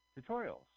tutorials